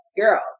girl